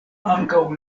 ankaŭ